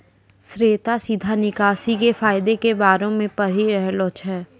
श्वेता सीधा निकासी के फायदा के बारे मे पढ़ि रहलो छै